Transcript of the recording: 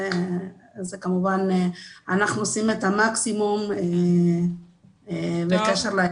כמובן אנחנו עושים את המקסימום בקשר לכך.